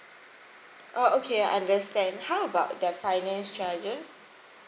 oh okay I understand how about the finance charges